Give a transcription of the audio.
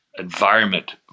environment